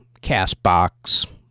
CastBox